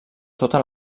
tota